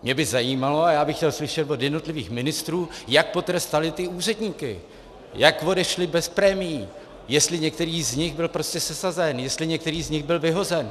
Mě by zajímalo a já bych chtěl slyšet od jednotlivých ministrů, jak potrestali ty úředníky, jak odešli bez prémií, jestli některý z nich byl prostě sesazen, jestli některý z nich byl vyhozen.